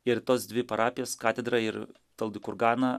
ir tos dvi parapijas katedrą ir toldi kur gauna